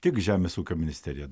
tik žemės ūkio ministerija